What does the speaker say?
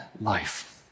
life